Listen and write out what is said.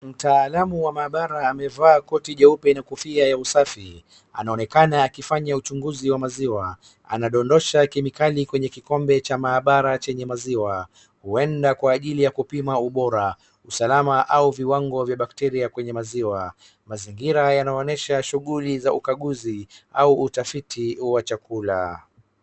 Mtaalamu wa maabara amevaa koti jeupe na kofia ya usafi anaonekana akifnya uchunguzi wa maziwa, anadondosha kemikali kwenye kikombe cha maabara chenye maziwa, huenda kwa ajili ya kupima ubora, usalama au viwango vya bakteria kwenye maziwa. Mazingira yanaonyesha shughuli za ukaguzi au utafiti wa chakula.